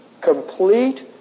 complete